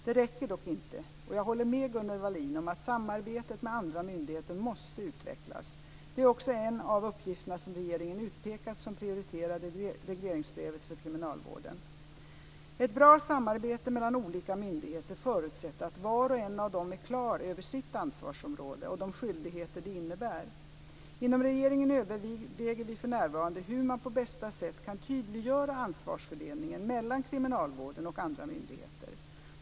Det räcker dock inte, och jag håller med Gunnel Wallin om att samarbetet med andra myndigheter måste utvecklas. Det är också en av uppgifterna som regeringen utpekat som prioriterad i regleringsbrevet för kriminalvården. Ett bra samarbete mellan olika myndigheter förutsätter att var och en av dem är klar över sitt ansvarsområde och de skyldigheter det innebär. Inom regeringen överväger vi för närvarande hur man på bästa sätt kan tydliggöra ansvarsfördelningen mellan kriminalvården och andra myndigheter.